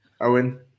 Owen